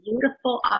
beautiful